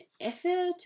effort